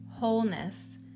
wholeness